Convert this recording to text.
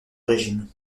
régime